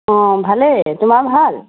অঁ ভালেই তোমাৰ ভাল